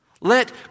Let